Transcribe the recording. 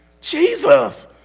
Jesus